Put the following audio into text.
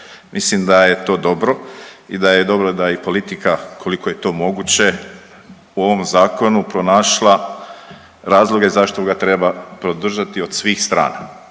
Mislim da je to dobro i da je dobro da i politika koliko je to moguće u ovom zakonu pronašla razloge zašto ga treba podržati od svih strana.